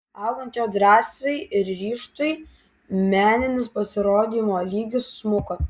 augant jo drąsai ir ryžtui meninis pasirodymo lygis smuko